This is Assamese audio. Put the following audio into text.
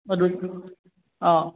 অঁ অঁ